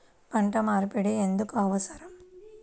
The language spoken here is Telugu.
పంట మార్పిడి ఎందుకు అవసరం?